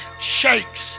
shakes